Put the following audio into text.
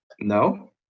No